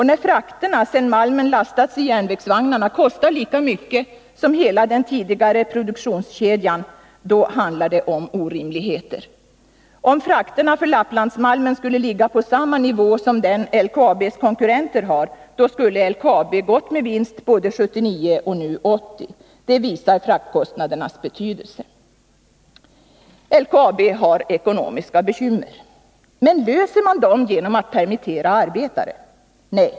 När frakterna, sedan malmen lastats i järnvägsvagnarna, kostar lika mycket som hela den tidigare produktionskedjan, då handlar det om orimligheter. Om frakterna för Lapplandsmalmen skulle ligga på samma nivå som den LKAB:s konkurrenter har, skulle LKAB ha gått med vinst både 1979 och nu 1980. Det visar fraktkostnadernas betydelse. LKAB har ekonomiska bekymmer. Men löser man dem genom att permittera arbetare? Nej.